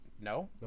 no